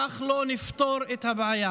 כך לא נפתור את הבעיה.